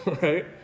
Right